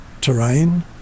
terrain